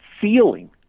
feeling